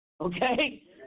Okay